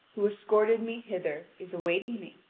who escorted me hither, is awaiting me.